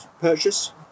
purchase